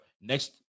next